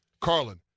Carlin